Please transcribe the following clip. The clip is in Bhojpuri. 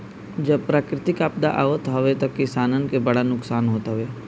जब प्राकृतिक आपदा आवत हवे तअ किसानन के बड़ा नुकसान होत हवे